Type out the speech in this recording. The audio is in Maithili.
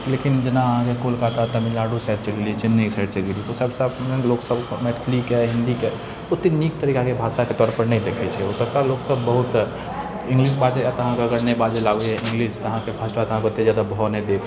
लेकिन जेना अहाँके कोलकाता तमिलनाडु साइड चलि गेलिए चेन्नइ साइड चलि गेलिए तऽ ओसब साइडमे लोकसब मैथिलीके हिन्दीके ओतेक नीक तरीकाके भाषाके तौरपर नहि देखै छै ओतुका लोकसब बहुत इंग्लिश बाजै एतऽ अहाँके अगर नहि बाजैलए अबैए इंग्लिश तऽ अहाँके भाषाके ओते ज्यादा भाव नहि देत